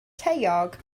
taeog